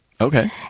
Okay